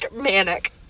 manic